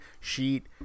sheet